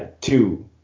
two